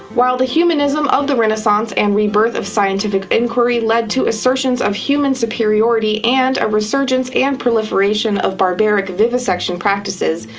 while the humanism of the renaissance and rebirth of scientific inquiry led to assertions of human superiority and a resurgence and proliferation of barbaric vivisection practices,